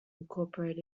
incorporated